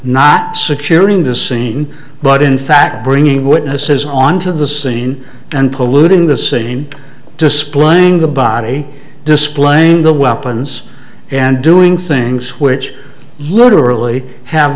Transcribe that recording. not securing the scene but in fact bringing witnesses on to the scene and polluting the scene displaying the body displaying the weapons and doing things which literally have